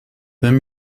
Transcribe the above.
vingt